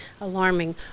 alarming